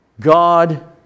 God